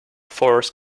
force